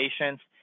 patients